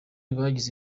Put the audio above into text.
bagize